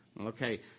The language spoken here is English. Okay